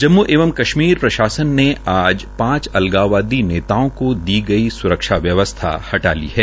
जम्मू एवं कश्मीर प्रशासन ने आज पांच अलगाववादी नेताओं को दी गई स्रक्षा व्यवस्था हटा ली है